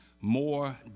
more